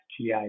GI